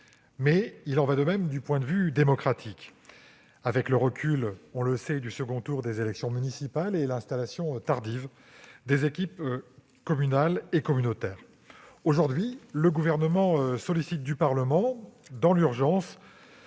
Il en est de même sur le plan démocratique, avec le report du second tour des élections municipales et l'installation tardive des équipes communales et communautaires. Aujourd'hui, le Gouvernement sollicite du Parlement, dans l'urgence,